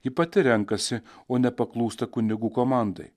ji pati renkasi o nepaklūsta kunigų komandai